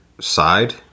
side